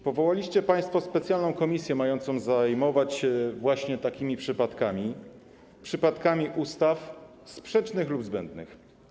Powołaliście państwo specjalną komisję mającą zajmować się właśnie takimi przypadkami, przypadkami ustaw sprzecznych lub zbędnych.